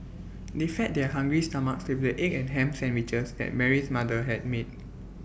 they fed their hungry stomachs with the egg and Ham Sandwiches that Mary's mother had made